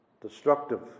Destructive